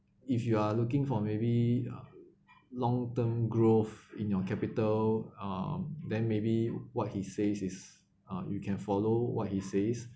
if you are looking for maybe uh long term growth in your capital um then maybe what he says is uh you can follow what he says